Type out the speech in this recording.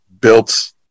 built